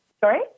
Sorry